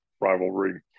rivalry